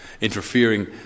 interfering